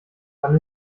wann